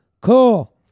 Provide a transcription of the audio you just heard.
cool